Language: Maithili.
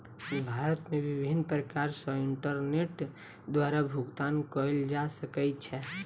भारत मे विभिन्न प्रकार सॅ इंटरनेट द्वारा भुगतान कयल जा सकै छै